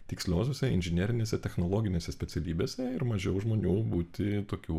tiksliosiose inžinerinėse technologinėse specialybėse ir mažiau žmonių būti tokių